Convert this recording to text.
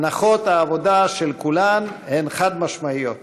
הנחות העבודה של כולן הן חד-משמעיות: